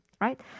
right